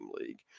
league